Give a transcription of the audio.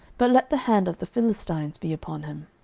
but let the hand of the philistines be upon him.